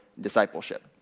discipleship